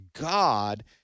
God